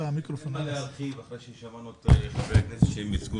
מה להרחיב אחרי ששמענו את חברי הכנסת שייצגו